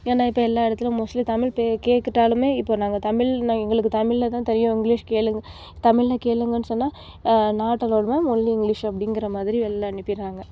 ஏன்னா இப்போ எல்லா இடத்துலயும் மோஸ்ட்லி தமிழ் கேட்டாளுமே இப்போ நம்ம தமிழ்ல எங்களுக்கு தமிழ்ல தான் தெரியும் இங்கிலிஷ் கேளுங்க தமிழ்ல கேளுங்கன்னு சொன்னால் not allowed ma'am only English அப்படிங்குற மாதிரி வெளில அனுப்பிடுறாங்க